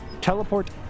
teleport